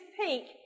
peak